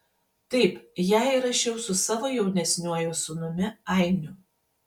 taip ją įrašiau su savo jaunesniuoju sūnumi ainiu